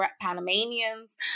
Panamanians